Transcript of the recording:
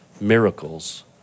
miracles